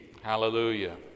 Hallelujah